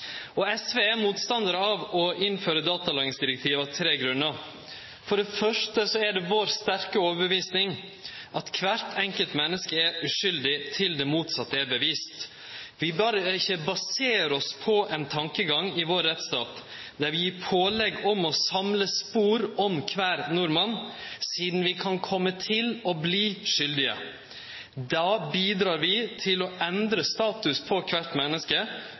der. SV er motstandar av å innføre datalagringsdirektivet av tre grunnar. For det første er det vår sterke overtyding at kvart enkelt menneske er uskuldig til det motsette er bevist. Vi bør ikkje basere oss på ein tankegang i vår rettsstat der vi gir pålegg om å samle spor om kvar nordmann, sidan vi kan kome til å bli skuldige. Då bidreg vi til å endre statusen til kvart menneske, frå uskuldig til potensielt skuldig. For